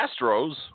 Astros